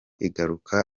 igarukira